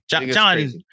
John